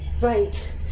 Right